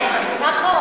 כן, נכון.